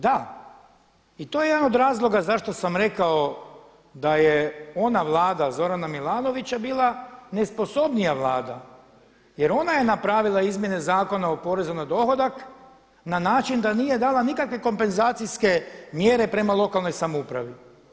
Da i to je jedan od razloga zašto sam rekao da je ona Vlada Zorana Milanovića bila nesposobnija Vlada, jer ona je napravila izmjene Zakona o porezu na dohodak na način da nije dala nikakve kompenzacijske mjere prema lokalnoj samoupravi.